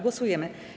Głosujemy.